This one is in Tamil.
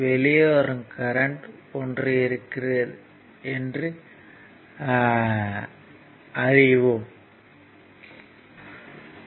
வெளியே வரும் கரண்ட் ஒன்று இருக்கிறது என்று அறியப்படுகிறது